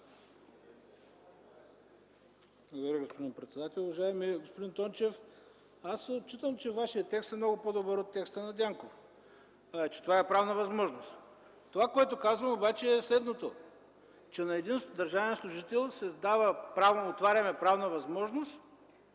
Благодаря, господин председател. Уважаеми господин Тончев, аз се учудвам, че Вашият текст е много по-добър от текста на Дянков – че това е правна възможност. Това, което казва обаче, е следното – че за един държавен служител отваряме правна възможност,